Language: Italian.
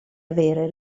avere